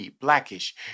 Blackish